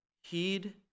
heed